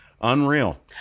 Unreal